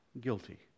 guilty